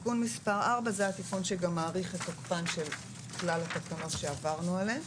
תיקון מס' 4 זה התיקון שגם מאריך את תוקפן של כלל התקנות שעברנו עליהן: